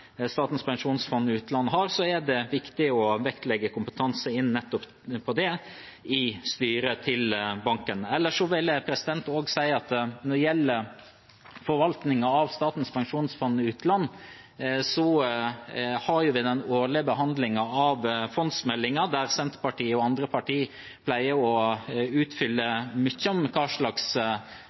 Statens pensjonsfond utland har, er det viktig å vektlegge kompetanse innen nettopp det i styret til banken. Ellers vil jeg også si at når det gjelder forvaltningen av Statens pensjonsfond utland, har vi den årlige behandlingen av fondsmeldingen, der Senterpartiet og andre partier pleier å utfylle mye om hva slags